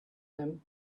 them